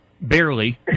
barely